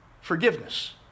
forgiveness